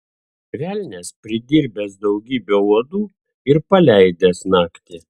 velnias padirbęs daugybę uodų ir paleidęs naktį